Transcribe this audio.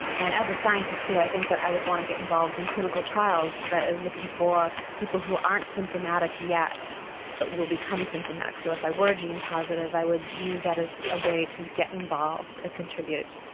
and as a scientist too i think that i would want to get involved in clinical trials that is looking for people who aren't symptomatic yet but will become symptomatic. so if i were gene positive i would use that as a way to get involved and contribute.